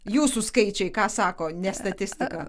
jūsų skaičiai ką sako ne statistika